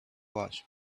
watch